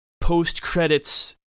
post-credits